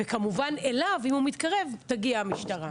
וכמובן אליו, אם הוא מתקרב, תגיע המשטרה.